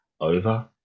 over